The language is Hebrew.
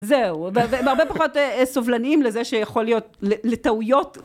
זהו, הם הרבה פחות סובלניים לזה שיכול להיות, לטעויות.